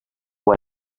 win